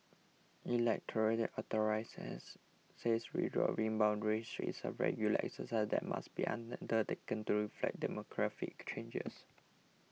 electoral says says redrawing boundaries is a regular exercise that must be undertaken to reflect demographic changes